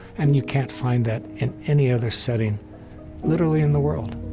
and you can't find that in any other setting literally in the world.